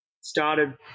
started